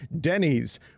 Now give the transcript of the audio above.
Denny's